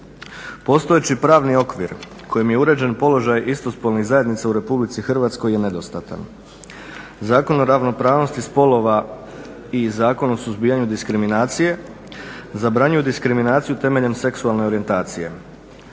Postojeći pravni okvir kojim je uređen položaj istospolnih zajednica u Republici Hrvatskoj je nedostatan. Zakon o ravnopravnosti spolova i Zakon o suzbijanju diskriminacije zabranjuju diskriminaciju temeljem seksualne orijentacije.